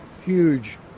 huge